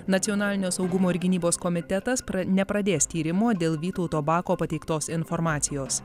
nacionalinio saugumo ir gynybos komitetas nepradės tyrimo dėl vytauto bako pateiktos informacijos